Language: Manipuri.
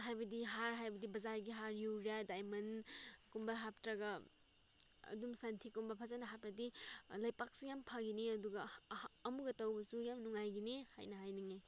ꯍꯥꯏꯕꯗꯤ ꯍꯥꯔ ꯍꯥꯏꯕꯗꯤ ꯕꯖꯥꯔꯒꯤ ꯍꯥꯔ ꯌꯨꯔꯤꯌꯥ ꯗꯥꯏꯃꯟꯀꯨꯝꯕ ꯍꯥꯞꯇ꯭ꯔꯒ ꯑꯗꯨꯝ ꯁꯟꯊꯤꯀꯨꯝꯕ ꯐꯖꯅ ꯍꯥꯞꯂꯗꯤ ꯂꯩꯄꯥꯛꯁꯨ ꯌꯥꯝ ꯐꯒꯅꯤ ꯑꯗꯨꯒ ꯑꯃꯨꯛꯀ ꯇꯧꯕꯁꯨ ꯌꯥꯝ ꯅꯨꯡꯉꯥꯏꯒꯅꯤ ꯍꯥꯏꯅ ꯍꯥꯏꯅꯤꯡꯉꯤ